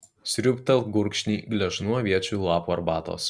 sriūbtelk gurkšnį gležnų aviečių lapų arbatos